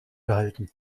behalten